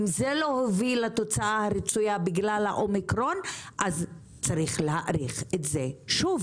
אם זה לא הוביל לתוצאה הרצויה בגלל האומיקרון אז צריך להאריך את זה שוב.